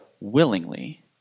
willingly